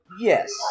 Yes